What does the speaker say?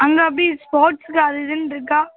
அங்கே அப்படி ஸ்போர்ட்ஸ்க்கு அது இதுன்னு இருக்கா